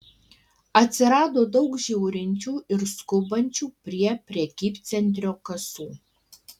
atsirado daug žiūrinčių ir skubančių prie prekybcentrio kasų